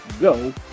go